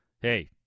Hey